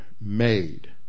made